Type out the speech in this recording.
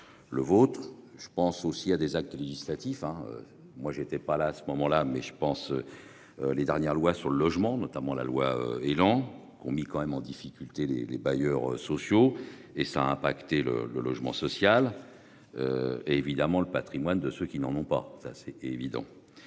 Le vote. Je pense aussi à des actes législatifs hein moi j'étais pas là à ce moment-là mais je pense. Les dernières loi sur le logement notamment la loi Elan qu'ont mis quand même en difficulté les les bailleurs sociaux et ça a impacté le le logement social. Et évidemment le Patrimoine de ceux qui n'en ont pas, ça c'est évident.